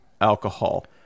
alcohol